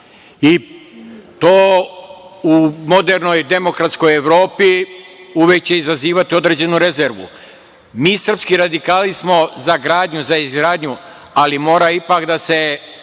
i to u modernoj demokratskoj Evropi, uvek će izazivati određenu rezervu. Mi srpski radikali smo za izgradnju, za gradnju, ali mora ipak da se